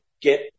get